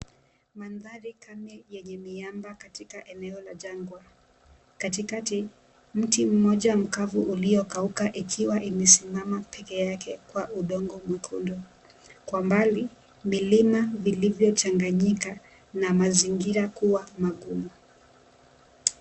Mandhari kali yenye miamba katika eneo la jangwa. Katikati mti mmoja mkavu uliokauka ikiwa imesimama peke yake kwa udongo mwekundu. Kwa mbali milima vilivyochanganyika na mazingira kuwa magumu.